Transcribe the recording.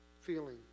feeling